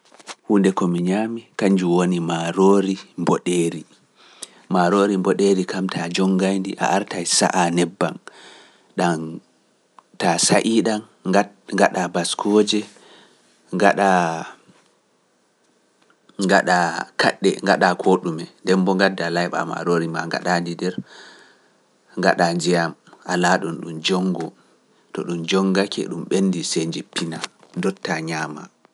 Huunde komi ñaami, kanjum woni maaroori mboɗeeri, maaroori mboɗeeri kam taa jonngai ndi, a artai sa’a nebbam, ɗam taa sa’ii ɗam, ngaɗa baskoje, ngaɗa kaɗɗe, ngaɗa koɗume, ndem mbo ngadda layɓa maroori maa, ngaɗa ndi nder, ngaɗa njiyam, ala ɗum ɗum jonngo, to ɗum jonngake ɗum ɓendi sey njippina, ndotta ñaama.